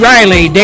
Riley